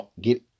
get